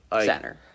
center